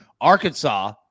Arkansas